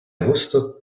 густо